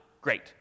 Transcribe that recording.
Great